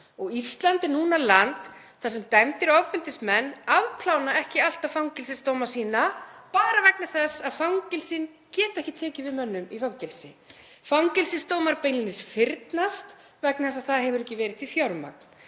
og Íslandi er núna land þar sem dæmdir ofbeldismenn afplána ekki alltaf fangelsisdóma sína, bara vegna þess að fangelsin geta ekki tekið við mönnum í fangelsi. Fangelsisdómar beinlínis fyrnast vegna þess að það hefur ekki verið til fjármagn.